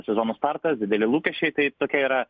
sezono startas dideli lūkesčiai tai tokia yra